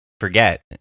forget